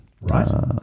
Right